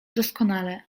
doskonale